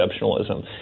exceptionalism